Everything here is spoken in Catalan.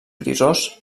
grisós